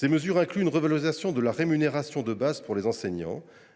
Les mesures incluent une revalorisation de la rémunération de base pour les enseignants,